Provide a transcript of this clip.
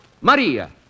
Maria